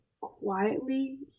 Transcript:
quietly